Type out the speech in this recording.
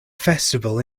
festival